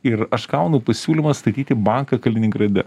ir aš gaunu pasiūlymą statyti banką kaliningrade